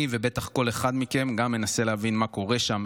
אני ובטח כל אחד מכם גם מנסים להבין מה קורה שם,